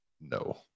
no